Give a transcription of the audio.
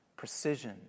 precision